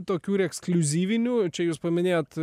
tokių ir ekskliuzyvinių čia jūs paminėjot